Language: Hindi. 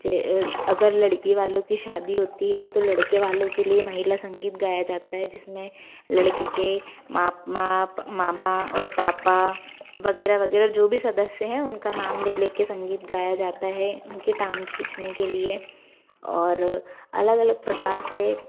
जे अगर लड़की वालों की शादी होती है तो लड़के वालों के लिए महिला संगीत गाया जाता है जिस में लड़के के मापा और पापा वग़ैरह वग़ैरह जो भी सदस्य हैं उनका नाम ले ले कर संगीत गाया जाता है उनकी टांग खींचने के लिए और अलग अलग प्रकार से